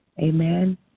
Amen